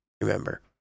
remember